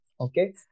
okay